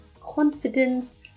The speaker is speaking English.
confidence